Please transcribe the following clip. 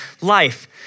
life